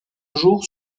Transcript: jour